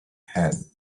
hand